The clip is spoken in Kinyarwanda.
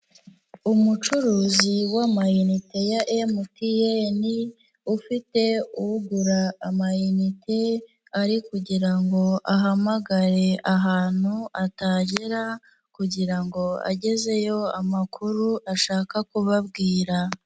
Umucuruzi w'amayinite ya MTN, ufite ugura amayinit, ari kugira ngo ahamagare ahantu atagera kugira ngo agezeyo amakuru ashaka kubabwira.